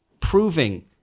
proving